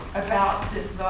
about this